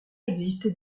existait